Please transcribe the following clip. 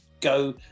go